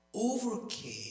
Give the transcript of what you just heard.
overcame